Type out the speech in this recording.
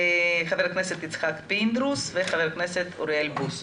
ח"כ יצחק פינדרוס וח"כ אוריאל בוסו.